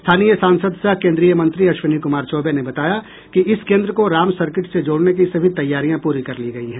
स्थानीय सांसद सह केन्द्रीय मंत्री अश्विनी कुमार चौबे ने बताया कि इस केन्द्र को राम सर्किट से जोड़ने की सभी तैयारियां पूरी कर ली गयी हैं